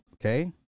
Okay